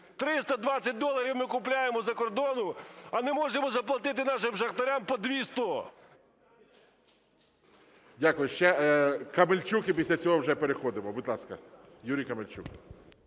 320 доларів ми купуємо з-за кордону, а не можемо заплатити нашим шахтарям по 2 100. ГОЛОВУЮЧИЙ. Дякую. Ще Камельчук, і після цього вже переходимо. Будь ласка, Юрій Камельчук.